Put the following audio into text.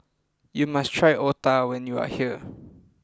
you must try Otah when you are here